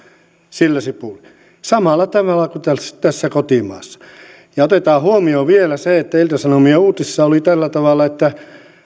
sillä sipuli samalla tavalla kuin täällä kotimaassa ja otetaan huomioon vielä se että ilta sanomien uutisissa oli tällä tavalla että